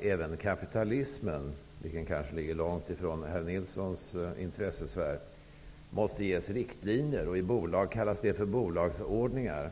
även kapitalismen, vilken kanske ligger långt ifrån herr Nilsons intressesfär, måste ges riktlinjer. I bolag kallas de för bolagsordningar.